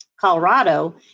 Colorado